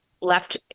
left